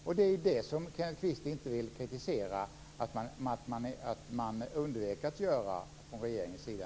Kenneth Kvist vill inte kritisera att regeringen undvek att göra detta.